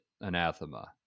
anathema